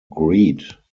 greed